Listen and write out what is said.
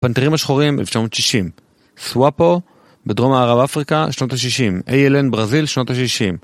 פנתרים השחורים, 1960, סוואפו בדרום מערב-אפריקה, שנות ה-60, ALN ברזיל, שנות ה-60.